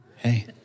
Hey